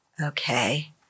Okay